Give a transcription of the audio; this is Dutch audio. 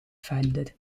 verder